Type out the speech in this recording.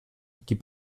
die